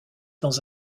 dans